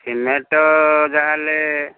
cement ଯାହାହେଲେ